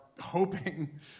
hoping